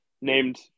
named